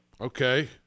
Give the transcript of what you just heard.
Okay